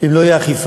אם לא תהיה אכיפה